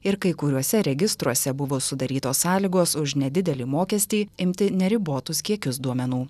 ir kai kuriuose registruose buvo sudarytos sąlygos už nedidelį mokestį imti neribotus kiekius duomenų